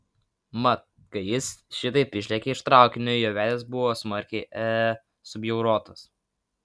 mat kai jis šitaip išlėkė iš traukinio jo veidas buvo smarkiai e subjaurotas